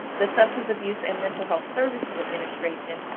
the substance abuse and mental health services administration,